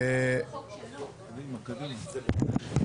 (הישיבה נפסקה בשעה 10:12 ונתחדשה בשעה 10:20.)